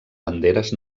banderes